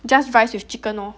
just rice with chicken loh